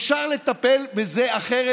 אפשר לטפל בזה אחרת,